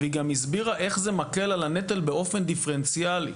והיא גם הסבירה איך זה מקל על הנטל באופן דיפרנציאלי.